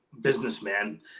businessman